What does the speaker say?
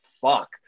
fuck